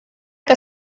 que